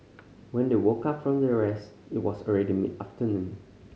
when they woke up from their rest it was already mid afternoon